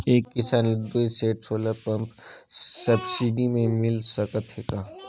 एक किसान ल दुई सेट सोलर पम्प सब्सिडी मे मिल सकत हे का?